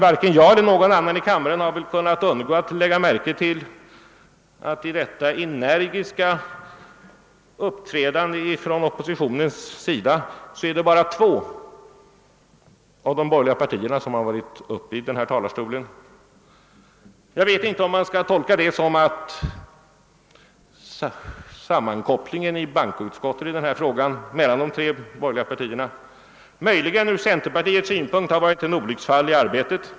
Varken jag eller någon annan i kammaren har kunnat undgå att lägga märke till att trots det energiska uppträdandet från oppositionen är det bara representanter för två av de borgerliga partierna som har varit uppe i denna talarstol. Jag vet inte om man skall tolka det så, att sammankopplingen mellan de tre borgerliga partierna i bankoutskottet i denna fråga ur centerpartiets synpunkt varit ett olycksfall i arbetet.